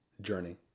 journey